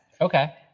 okay